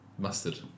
mustard